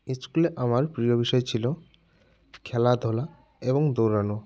স্কুলে আমার প্রিয় বিষয় ছিল খেলাধূলা এবং দৌড়ানো